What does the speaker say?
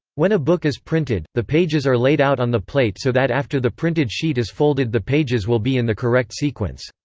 when a book is printed, the pages are laid out on the plate so that after the printed sheet is folded the pages will be in the correct sequence.